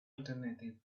alternative